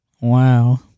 Wow